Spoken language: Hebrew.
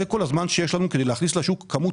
זה כל הזמן שיש לנו כדי להכניס לשוק כמות